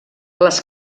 les